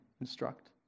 instruct